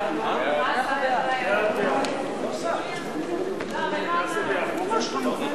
ההצעה להעביר את הנושא לוועדת הפנים והגנת הסביבה